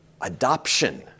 Adoption